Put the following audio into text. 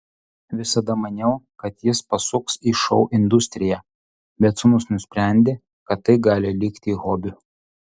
visada maniau kad jis pasuks į šou industriją bet sūnus nusprendė kad tai gali likti hobiu